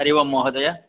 हरि ओम् महोदय